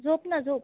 झोप ना झोप